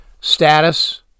status